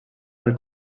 del